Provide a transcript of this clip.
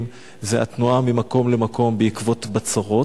זה התנועה ממקום למקום בעקבות בצורות.